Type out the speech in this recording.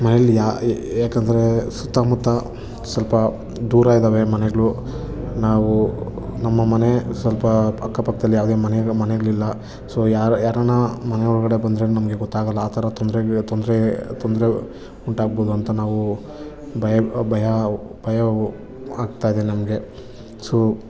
ಮನೆಯಲ್ಲಿ ಯಾಕಂದರೆ ಸುತ್ತಮುತ್ತ ಸ್ವಲ್ಪ ದೂರಯಿದ್ದಾವೆ ಮನೆಗಳು ನಾವು ನಮ್ಮ ಮನೆ ಸ್ವಲ್ಪ ಅಕ್ಕಪಕ್ಕದಲ್ಲಿ ಯಾವುದೇ ಮನೆ ಮನೆಗಳಿಲ್ಲ ಸೋ ಯಾರಾನ ಮನೆ ಒಳಗಡೆ ಬಂದರೆ ನಮಗೆ ಗೊತ್ತಾಗಲ್ಲ ಆ ಥರ ತೊಂದರೆ ತೊಂದರೆ ತೊಂದರೆ ಉಂಟಾಗ್ಬೌದು ಅಂತ ನಾವು ಭಯ ಭಯ ಭಯ ಆಗ್ತಾಯಿದೆ ನಮಗೆ ಸೋ